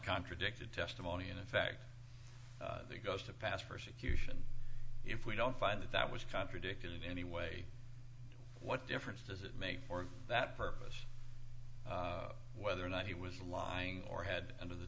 contradicted testimony in effect the ghost of past persecution if we don't find that that was contradicted anyway what difference does it make for that purpose whether or not he was lying or had under the